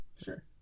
Sure